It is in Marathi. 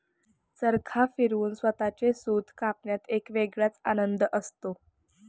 चरखा फिरवून स्वतःचे सूत कापण्यात एक वेगळाच आनंद असतो